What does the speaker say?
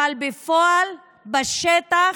אבל בפועל, בשטח,